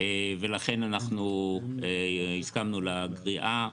ולכן אנחנו הסכמנו לגריעה,